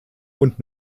und